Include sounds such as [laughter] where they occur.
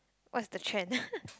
what's the trend [laughs]